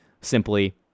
simply